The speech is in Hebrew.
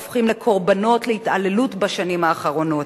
הופכים לקורבנות התעללות בשנים האחרונות.